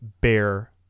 Bear